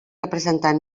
representar